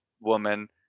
woman